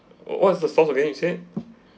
what's the sauce again you said